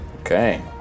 Okay